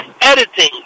editing